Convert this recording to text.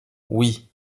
oui